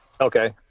Okay